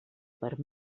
per